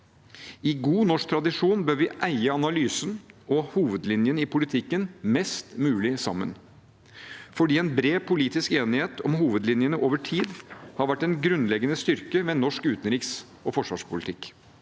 I god norsk tradisjon bør vi eie analysen og hovedlinjene i politikken mest mulig sammen, fordi en bred politisk enighet om hovedlinjene over tid har vært en grunnleggende styrke ved norsk utenriks- og forsvarspolitikk.